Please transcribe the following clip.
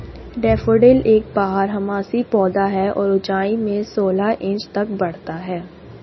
daffodil एक बारहमासी पौधा है और ऊंचाई में सोलह इंच तक बढ़ता है